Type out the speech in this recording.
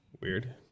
weird